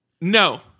No